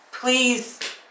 Please